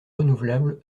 renouvelable